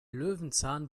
löwenzahn